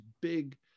big